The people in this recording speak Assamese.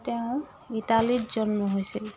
তেওঁ ইটালীত জন্ম হৈছিল